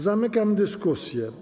Zamykam dyskusję.